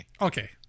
Okay